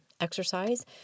exercise